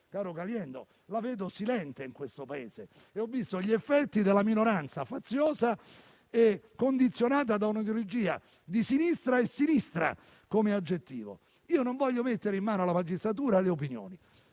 Caliendo, la vedo silente nel Paese. Ho visto invece gli effetti della minoranza faziosa e condizionata da una ideologia di sinistra, e sinistra come aggettivo. Io non voglio mettere in mano alla magistratura le opinioni.